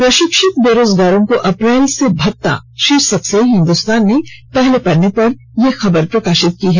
प्रशिक्षित बेरोजगारों को अप्रैल से भत्ता शीर्षक से हिन्दुस्तान ने पहले पन्ने पर यह खबर प्रकाशित किया है